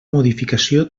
modificació